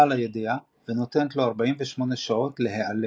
על הידיעה ונותנת לו 48 שעות להיעלם.